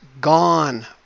gone